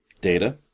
Data